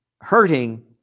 hurting